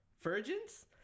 virgins